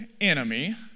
enemy